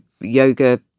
yoga